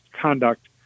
conduct